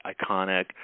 iconic